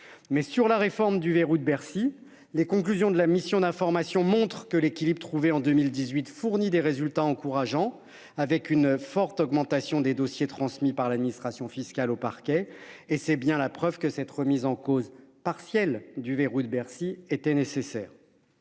mais sur la réforme du verrou de Bercy. Les conclusions de la mission d'information montrent que l'équilibre trouvé en 2018, fournit des résultats encourageants avec une forte augmentation des dossiers transmis par l'administration fiscale au parquet et c'est bien la preuve que cette remise en cause partielle du verrou de Bercy était nécessaire.